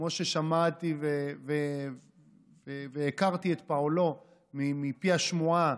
כמו ששמעתי והכרתי את פועלו מפי השמועה,